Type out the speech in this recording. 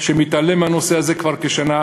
שמתעלם מהנושא הזה כבר כשנה,